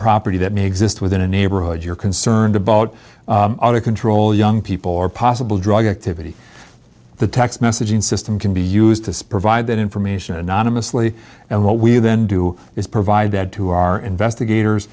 property that may exist within a neighborhood you're concerned about out of control young people or possible drug activity the text messaging system can be used to provide that information anonymously and what we then do is provide that to our investigators